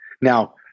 Now